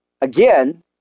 again